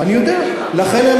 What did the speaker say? אני יודע.